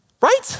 Right